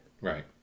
Right